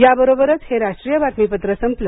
याबरोबरच हे राष्ट्रीय बातमीपत्र संपलं